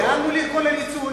לאן מוליך כל הניצול